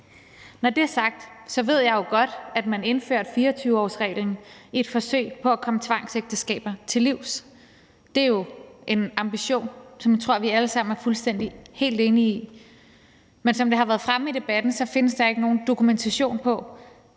Når det er sagt, ved jeg jo godt, at man indførte 24-årsreglen i et forsøg på at komme tvangsægteskaber til livs. Det er jo en ambition, som jeg tror vi alle sammen er fuldstændig enige i, men som det har været fremme i debatten, findes der ikke nogen dokumentation af,